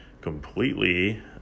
completely